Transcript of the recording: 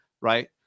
right